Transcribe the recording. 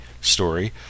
story